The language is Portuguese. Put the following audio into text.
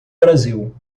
brasil